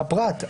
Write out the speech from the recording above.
הפרט,